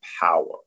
power